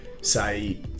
say